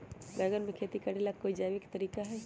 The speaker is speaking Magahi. बैंगन के खेती भी करे ला का कोई जैविक तरीका है?